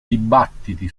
dibattiti